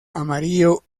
amarillo